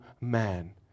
man